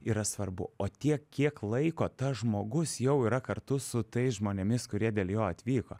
yra svarbu o tiek kiek laiko tas žmogus jau yra kartu su tais žmonėmis kurie dėl jo atvyko